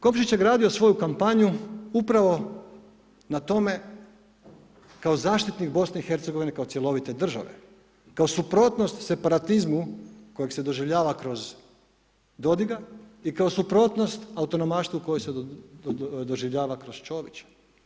Komšić je gradio svoju kampanju upravo na tome kao zaštitnik BiH kao cjelovite države, kao suprotnost separatizmu kojeg se doživljava kroz Dodiga i kao suprotnost autonomaštvu koji se doživljava kroz Čovića.